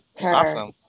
awesome